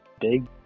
big